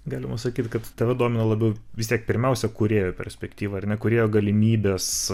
galima sakyt kad tave domina labiau vis tiek pirmiausia kūrėjo perspektyva ar ne kūrėjo galimybės